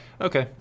Okay